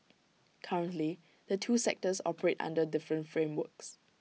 currently the two sectors operate under different frameworks